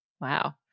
Wow